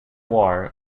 war